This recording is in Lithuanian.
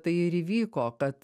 tai ir įvyko kad